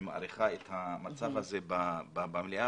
שמאריכה את המצב הזה במליאה.